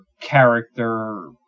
character